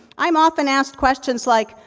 i'm often asked questions like,